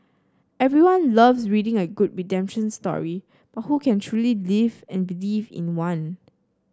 everyone loves reading a good redemption story but who can truly live and believe in one